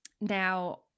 now